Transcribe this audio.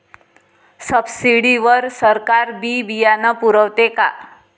Subsidy वर सरकार बी बियानं पुरवते का?